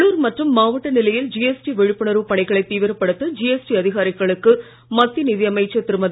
உள்ளுர் மற்றும் மாவட்ட நிலையில் ஜிஎஸ்டி விழிப்புணர்வு பணிகளை தீவிரப்படுத்த ஜிஎஸ்டி அதிகாரிகளுக்கு மத்திய நிதி அமைச்சர் திருமதி